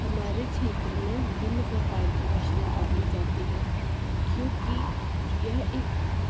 हमारे क्षेत्र में विभिन्न प्रकार की मछलियाँ पकड़ी जाती हैं क्योंकि यह एक